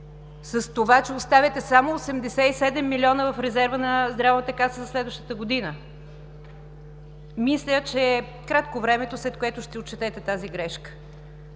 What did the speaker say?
с това, че оставяте само 87 милиона в резерва на Здравната каса за следващата година. Мисля, че е кратко времето, след което ще отчетете тази грешка.